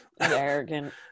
Arrogant